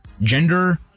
gender